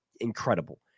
incredible